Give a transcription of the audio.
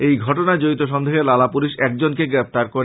এই ঘটনায় জড়িত সন্দেহে লালা পুলিশ একজনকে গ্রেপ্তার করেছে